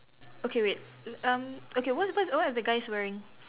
okay wait um okay what what what are the guys wearing